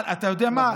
אתה יודע למה.